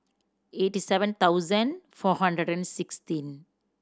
eighty seven thousand four hundred and sixteen